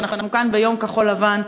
ואנחנו כאן ביום כחול-לבן,